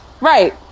Right